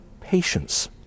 patience